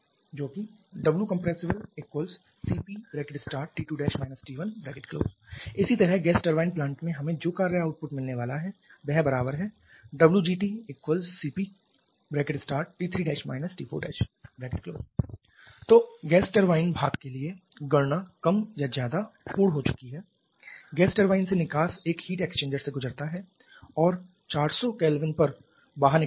इसलिए WcompCpT2 T1 इसी तरह गैस टरबाइन प्लांट से हमें जो कार्य आउटपुट मिलने वाला है वह बराबर होगा WGTCpT3 T4 तो गैस टरबाइन भाग के लिए गणना कम या ज्यादा पूर्ण हो चुकी है गैस टरबाइन से निकास एक हीट एक्सचेंजर से गुजरता है और 400 K पर बाहर निकलता है